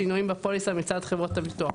שינויים בפוליסה מצד חברות הביטוח.